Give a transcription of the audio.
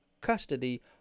custody